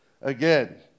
again